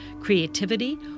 creativity